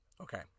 Okay